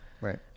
Right